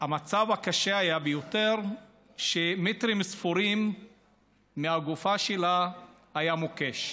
המצב הקשה ביותר היה שמטרים ספורים מהגופה שלה היה מוקש.